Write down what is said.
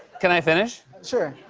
can i finish? sure.